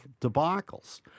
debacles